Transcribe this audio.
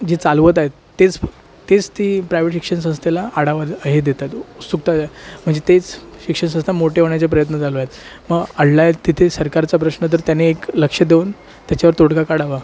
जी चालवत आहेत तेच तेच ती प्रायवेट शिक्षणसंस्थेला आढावा दे हे देत आहेत स्वतः म्हणजे तेच शिक्षणसंस्था मोठी होण्याचे प्रयत्न चालू आहेत मग अडलाय तिथे सरकारचा प्रश्न तर त्यांनी एक लक्ष देऊन त्याच्यावर तोडगा काढावा